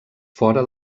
fora